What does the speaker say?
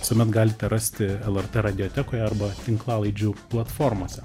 visuomet galite rasti lrt radiotekoj arba tinklalaidžių platformose